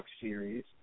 series